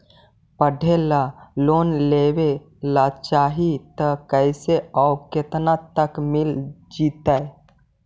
पढ़े ल लोन लेबे ल चाह ही त कैसे औ केतना तक मिल जितै?